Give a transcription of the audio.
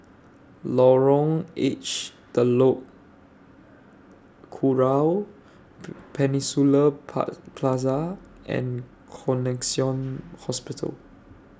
Lorong H Telok Kurau Peninsula Plaza and Connexion Hospital